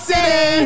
City